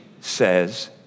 says